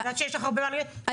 אני יודעת שיש לך הרבה להגיד.